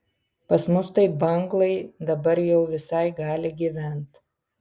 pas mus tai banglai dabar jau visai gali gyvent